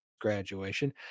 graduation